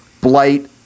blight